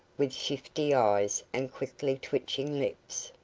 with shifty eyes and quickly twitching lips.